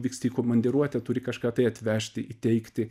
vyksti į komandiruotę turi kažką tai atvežti įteikti